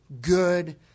good